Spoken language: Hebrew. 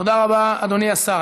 תודה רבה, אדוני השר.